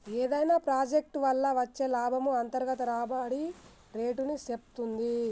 ఏదైనా ప్రాజెక్ట్ వల్ల వచ్చే లాభము అంతర్గత రాబడి రేటుని సేప్తుంది